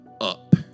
Up